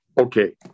okay